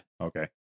Okay